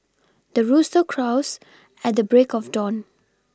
the rooster crows at the break of dawn